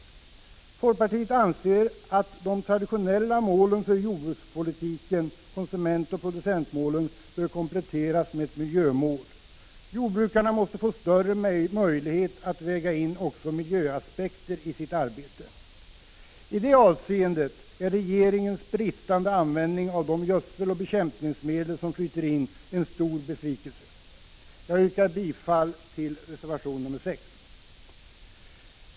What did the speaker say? Från folkpartiet anser vi att det traditionella målet för jordbrukspolitiken, konsumentoch producentmålen, bör kompletteras med ett miljömål. Jordbrukarna måste få större möjlighet att väga in också miljöaspekter i sitt arbete. I det avseendet är regeringens brist intresse för användning av de gödseloch bekämpningsmedel som flyter in en stor besvikelse. Jag yrkar bifall till reservation 6.